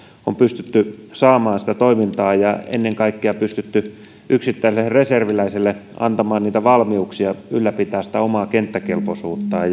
on pystytty saamaan toimintaa ja ennen kaikkea pystytty yksittäiselle reserviläiselle antamaan valmiuksia ylläpitää omaa kenttäkelpoisuuttaan